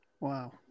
Wow